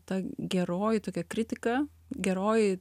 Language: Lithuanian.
ta geroji tokia kritika geroji